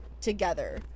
together